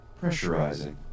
Pressurizing